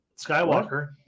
Skywalker